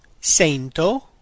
sento